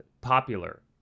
popular